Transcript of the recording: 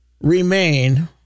remain